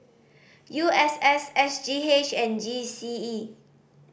U S S S G H and G C E